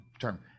term